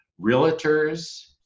realtors